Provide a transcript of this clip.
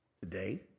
today